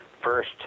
first